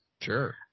Sure